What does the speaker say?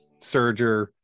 Serger